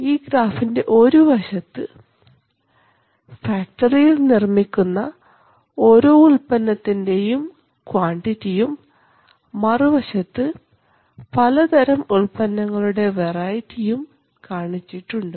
ഈ ഗ്രാഫിൽ ഒരുവശത്ത് ഫാക്ടറിയിൽ നിർമ്മിക്കുന്ന ഓരോ തരം ഉൽപ്പന്ന ത്തിൻറെയും ക്വാണ്ടിറ്റിയും മറുവശത്ത് പലതരം ഉൽപ്പന്നങ്ങളുടെ വെറൈറ്റിയും കാണിച്ചിട്ടുണ്ട്